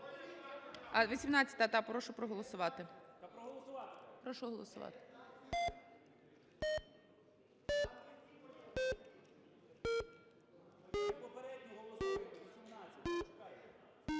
А 18-а, так, прошу проголосувати. Прошу голосувати.